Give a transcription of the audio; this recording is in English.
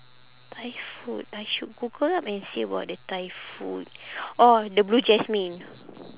thai food I should google up and see about the thai food orh the Blue Jasmine